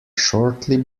shortly